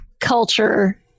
culture